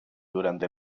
durante